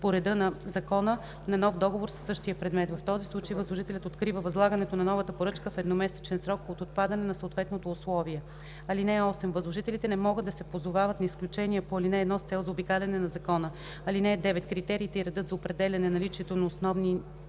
по реда на закона на нов договор със същия предмет. В този случай възложителят открива възлагането на новата поръчка в едномесечен срок от отпадане на съответното условие. (8) Възложителите не могат да се позовават на изключенията по ал. 1 с цел заобикаляне на закона. (9) Критериите и редът за определяне наличието на основни